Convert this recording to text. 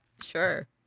sure